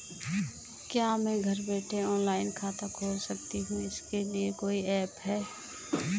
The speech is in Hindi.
क्या मैं घर बैठे ऑनलाइन खाता खोल सकती हूँ इसके लिए कोई ऐप है?